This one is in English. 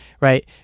right